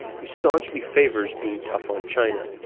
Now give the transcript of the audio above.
who staunchly favors being tough on china.